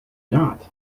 not